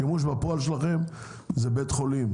השימוש בפועל שלכם הוא בית חולים.